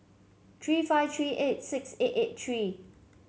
three five three eight six eight eight three